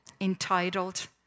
entitled